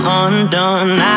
undone